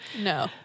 No